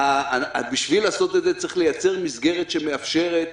בשביל לעשות את זה צריך לייצר מסגרת שמאפשרת